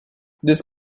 this